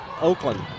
Oakland